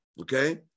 okay